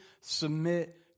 submit